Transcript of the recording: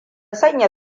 sanya